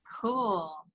Cool